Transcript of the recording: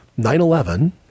9-11